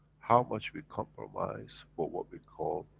how much we compromise for what we call,